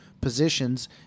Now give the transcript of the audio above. positions